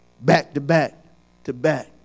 back-to-back-to-back